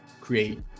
create